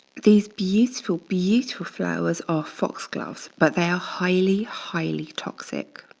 these beautiful, beautiful flowers are foxgloves, but they are highly, highly toxic.